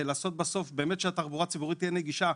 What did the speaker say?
ולעשות בסוף שהתחבורה הציבורית תהיה נגישה,